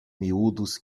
miúdos